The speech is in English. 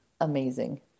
amazing